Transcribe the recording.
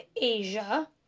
Asia